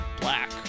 Black